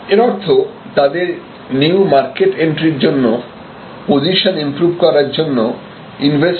এর অর্থ তাদের নিউ মার্কেট এন্ট্রির জন্য পজিশন ইমপ্রুভ করার কারণে ইনভেস্ট করতে হবে